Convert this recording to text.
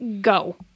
go